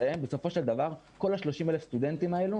שבסופו של דבר כל 30,000 הסטודנטים האלו